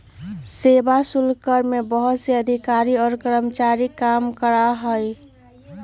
सेवा शुल्क कर में बहुत से अधिकारी और कर्मचारी काम करा हई